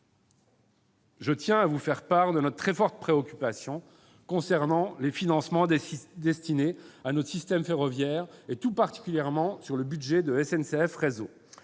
je tiens à vous faire part de notre très forte préoccupation concernant les financements destinés à notre système ferroviaire, tout particulièrement le budget de SNCF Réseau.